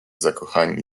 zakochani